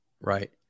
Right